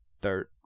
third